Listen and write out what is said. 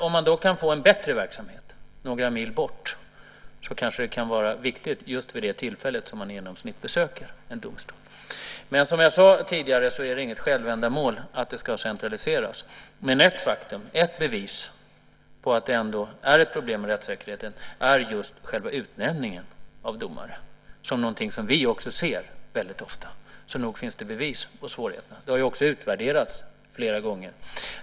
Om man då kan få en bättre verksamhet några mil bort kan det vara viktigt vid det tillfälle som man besöker en domstol. Som jag sade tidigare är centralisering inget självändamål. Men ett bevis på att det är problem med rättssäkerheten är utnämningen av domare. Det är någonting som vi ser ofta. Nog finns det bevis på svårigheterna. Det har också utvärderats flera gånger.